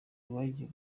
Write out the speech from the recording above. rwagiye